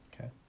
okay